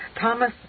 Thomas